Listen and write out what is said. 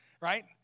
Right